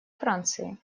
франции